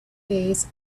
face